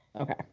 Okay